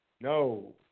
No